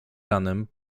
ranem